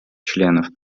членов